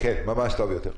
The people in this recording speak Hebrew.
ממש טוב יותר.